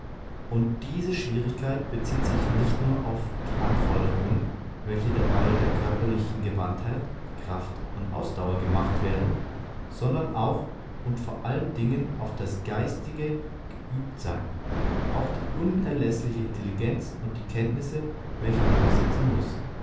und diese schwierigkeit bezieht sich nicht nur auf die anforderungen welche dabei der körperlichen gewandtheit kraft und ausdauer gemacht werden sondern auch und vor allen dingen auf das geistige geübtsein auf die unerläßliche intelligenz und die kenntnisse welche man besitzen muß